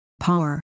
Power